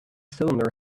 cylinder